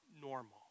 normal